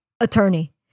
attorney